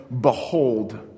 Behold